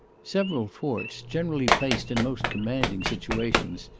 several forts, generally placed in most commanding situations,